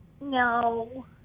No